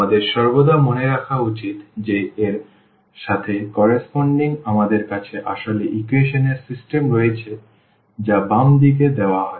আমাদের সর্বদা মনে রাখা উচিত যে এর সাথে কর্রেসপন্ডিং আমাদের কাছে আসলে ইকুয়েশন এর সিস্টেম রয়েছে যা বাম দিকে দেওয়া হয়